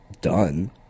done